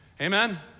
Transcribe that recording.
Amen